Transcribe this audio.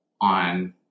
on